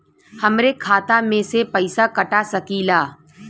हमरे खाता में से पैसा कटा सकी ला?